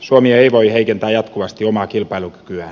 suomi ei voi heikentää jatkuvasti omaa kilpailukykyään